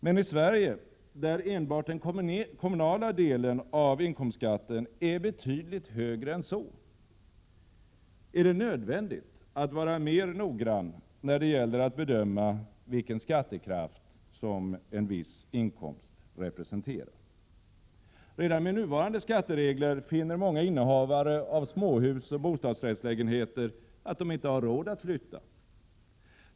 Men i Sverige, där enbart den kommunala delen av inkomstskatten är betydligt högre än så, är det nödvändigt att vara mera noggrann när det gäller att bedöma vilken skattekraft en viss inkomst representerar. Redan med nuvarande skatteregler finner många innehavare av småhus och bostadsrättslägenheter att de inte har råd att flytta.